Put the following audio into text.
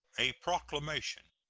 a proclamation.